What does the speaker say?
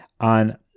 on